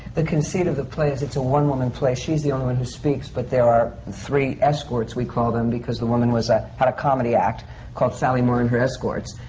the conceit of the play is it's a one-woman play, she's the only one who speaks, but there are three escorts, we call them, because the woman ah had a comedy act called sally marr and her escorts.